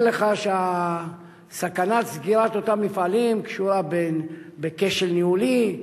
לך שסכנת הסגירה של אותם מפעלים קשורה בכשל ניהולי,